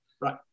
Right